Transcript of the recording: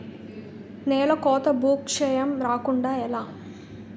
నేలకోత భూక్షయం రాకుండ ఎలా?